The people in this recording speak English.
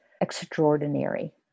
extraordinary